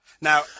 Now